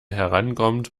herankommt